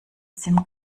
sim